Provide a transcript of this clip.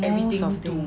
most of the